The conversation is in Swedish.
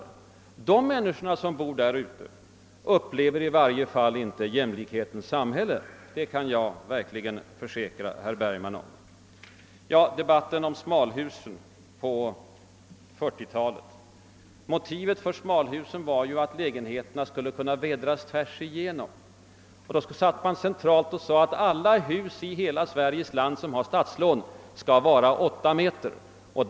De människor som bor där upplever i varje fall inte jämlikhetens samhälle, det kan jag försäkra herr Bergman. Beträffande debatten om smalhusen på 1940-talet skulle jag vilja erinra om att det motiv som åberopades var att lägenheterna skulle kunna vädras tvärs igenom. På centralt håll bestämde man alltså att alla hus i hela Sveriges land som hade statslån skulle ha åtta meters djup.